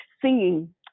singing